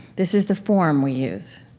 this is the form we use.